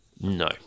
No